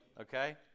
okay